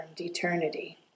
eternity